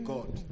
God